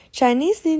Chinese